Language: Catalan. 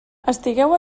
estigueu